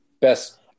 best